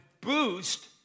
boost